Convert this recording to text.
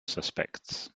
suspects